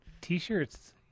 T-shirts